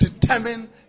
determine